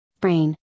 Brain